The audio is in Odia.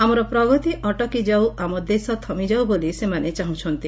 ଆମର ପ୍ରଗତି ଅଟକି ଯାଉ ଆମ ଦେଶ ଥମି ଯାଉ ବୋଲି ସେମାନେ ଚାହୁଁ ଛନ୍ତି